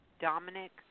Dominic